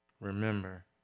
remember